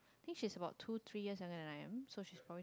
think she's about two three years younger than I am so she's probably